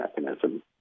mechanism